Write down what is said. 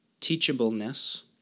teachableness